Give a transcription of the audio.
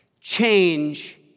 change